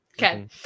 Okay